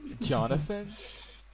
Jonathan